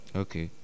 okay